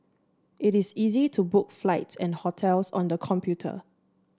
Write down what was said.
it is easy to book flights and hotels on the computer